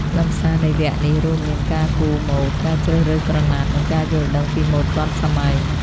ខ្លឹមសារនៃវគ្គនេះរួមមាន ការគូរម៉ូដ ការជ្រើសរើសក្រណាត់ និងការយល់ដឹងពីម៉ូដទាន់សម័យ។